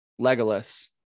legolas